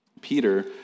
Peter